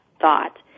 thought